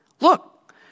Look